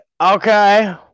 okay